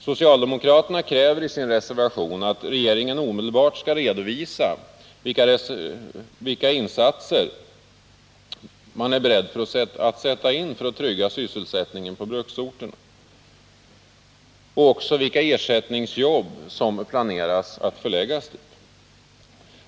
Socialdemokraterna kräver i sin reservation att regeringen omedelbart skall redovisa vilka insatser som man är beredd att göra för att trygga sysselsättningen på bruksorterna och också vilka ersättningsjobb som man planerar att förlägga dit.